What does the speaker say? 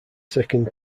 second